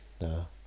No